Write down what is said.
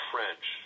French